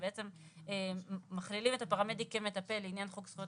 שבעצם מכלילים את הפרמדיק כמטפל לעניין חוק זכויות